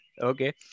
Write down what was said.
Okay